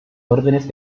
órdenes